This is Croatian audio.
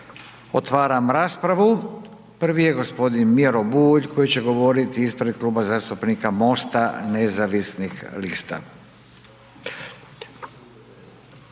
Otvaram raspravu, prvi je gospodin Miro Bulj koji će govoriti ispred Kluba zastupnika MOST-a nezavisnih lista.